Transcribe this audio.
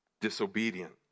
Disobedient